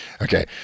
Okay